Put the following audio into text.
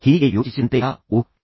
ಹೀಗೆ ಯೋಚಿಸಿದಂತೆಃ ಓಹ್